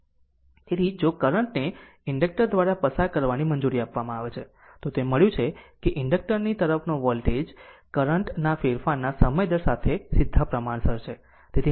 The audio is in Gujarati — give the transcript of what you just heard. તેથી જો કરંટ ને ઇન્ડક્ટર દ્વારા પસાર કરવાની મંજૂરી આપવામાં આવે છે તો તે મળ્યું છે કે ઇન્ડક્ટર ની તરફનો વોલ્ટેજ કરંટ ના ફેરફારના સમય દર સાથે સીધા પ્રમાણસર છે